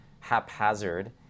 haphazard